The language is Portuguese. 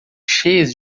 cheias